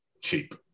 cheap